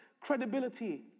credibility